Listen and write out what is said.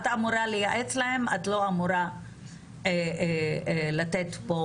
את אמורה לייעץ להם, את לא אמורה לתת פה